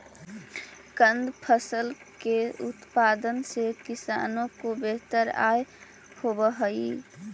कंद फसल के उत्पादन से किसानों को बेहतर आय होवअ हई